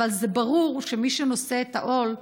אבל זה ברור שמי שנושא בעול,